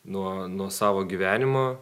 nuo nuo savo gyvenimo